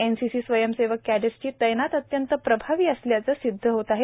NCC स्वयंसेवक कष्ठेट्सची तैनात अत्यंत प्रभावी असल्याचे सिद्ध होत आहे